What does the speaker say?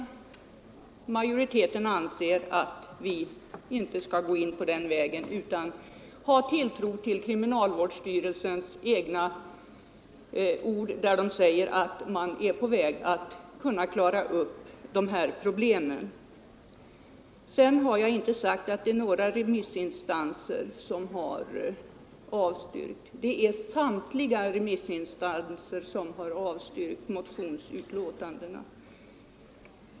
Utskottets majoritet anser att vi inte bör slå in på den vägen utan ha tilltro till kriminalvårdsstyrelsens ord, när den säger att man är på väg att klara upp problemen. Och jag har inte sagt, fru Kristensson, att några remissinstanser har avstyrkt förslaget. Faktum är att samtliga remissinstanser har avstyrkt det motionsyrkandet.